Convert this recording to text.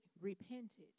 repented